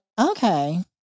okay